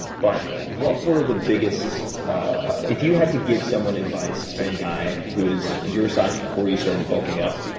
but what were the biggest if you had to give someone advice, say a guy who was your size before you started bulking up,